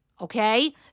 okay